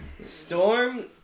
Storm